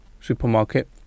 supermarket